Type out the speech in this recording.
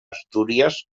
astúries